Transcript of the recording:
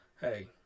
hey